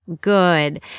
Good